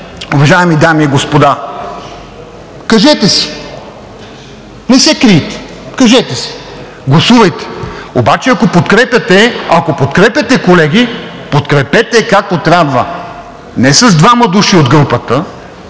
уважаеми дами и господа, кажете си. Не се крийте, кажете си, гласувайте. Обаче, ако подкрепяте, колеги, подкрепете както трябва, не с двама души от групата,